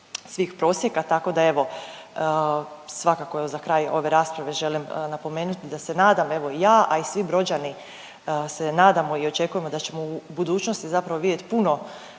svih prosjeka, tako da evo, svakako za kraj ove rasprave želim napomenuti da se nadam, evo, i ja, a i svi Brođani se nadamo i očekujemo da ćemo u budućnosti zapravo vidjeti puno